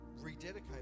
rededicate